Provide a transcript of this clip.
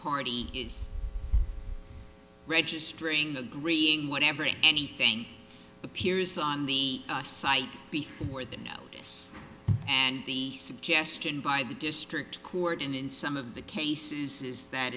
party is registering agreeing whatever anything appears on the site before that is the suggestion by the district court and in some of the cases is that